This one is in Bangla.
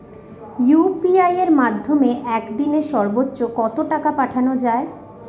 ইউ.পি.আই এর মাধ্যমে এক দিনে সর্বচ্চ কত টাকা পাঠানো যায়?